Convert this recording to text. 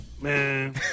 Man